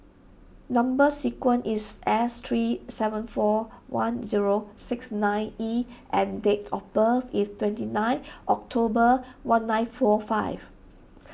number is S three seven four one zero six nine E and date of birth is twenty nine October one nine four five